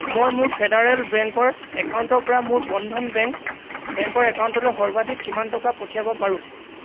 মই মোৰ ফেডাৰেল বেংকৰ একাউণ্টৰপৰা মোৰ বন্ধন বেংকৰ একাউণ্টলৈ সৰ্বাধিক কিমান টকা পঠিয়াব পাৰোঁ